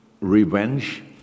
revenge